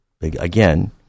Again